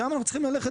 שם אנחנו צריכים ללכת